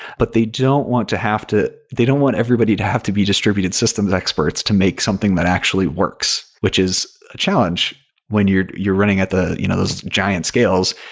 but they don't want to have to they don't want everybody to have to be distributed systems experts to make something that actually works, which is a challenge when you're you're running at you know those giant scales,